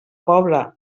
pobre